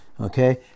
okay